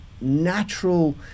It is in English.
natural